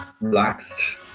relaxed